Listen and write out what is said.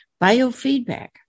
biofeedback